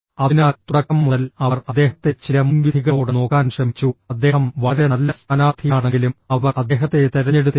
അതിനാൽ തുടക്കം മുതൽ അവർ അദ്ദേഹത്തെ ചില മുൻവിധികളോടെ നോക്കാൻ ശ്രമിച്ചു അദ്ദേഹം വളരെ നല്ല സ്ഥാനാർത്ഥിയാണെങ്കിലും അവർ അദ്ദേഹത്തെ തിരഞ്ഞെടുത്തില്ല